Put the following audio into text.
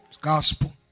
Gospel